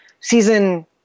season